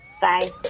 Bye